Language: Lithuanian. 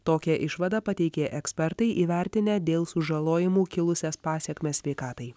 tokią išvadą pateikė ekspertai įvertinę dėl sužalojimų kilusias pasekmes sveikatai